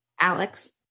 Alex